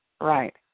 right